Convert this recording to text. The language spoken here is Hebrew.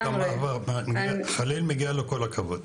מגיע לחליל כל הכבוד.